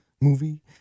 movie